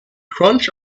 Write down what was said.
crunch